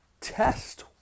test